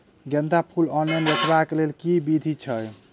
गेंदा फूल ऑनलाइन बेचबाक केँ लेल केँ विधि छैय?